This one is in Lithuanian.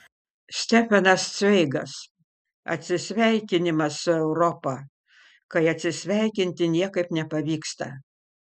stefanas cveigas atsisveikinimas su europa kai atsisveikinti niekaip nepavyksta